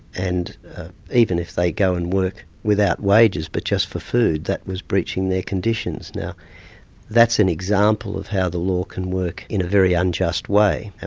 and even if they go and work without wages, but just for food, that was breaching their conditions. now that's an example of how the law can work in a very unjust way. and